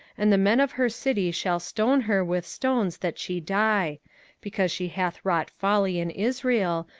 and the men of her city shall stone her with stones that she die because she hath wrought folly in israel,